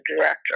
director